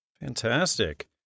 Fantastic